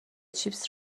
چیپس